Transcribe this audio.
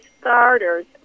starters